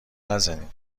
نزنین